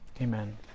Amen